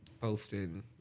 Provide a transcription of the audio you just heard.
posting